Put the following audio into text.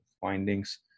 findings